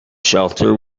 shelter